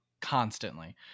constantly